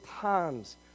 times